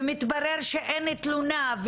ומתברר שאין תלונה,